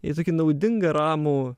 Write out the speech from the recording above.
į tokį naudingą ramų